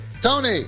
Tony